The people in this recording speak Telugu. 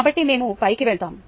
కాబట్టి మేము పైకి వెళ్తాము